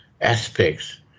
aspects